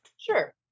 Sure